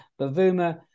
Bavuma